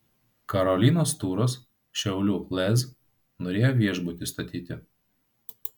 karolinos turas šiaulių lez norėjo viešbutį statyti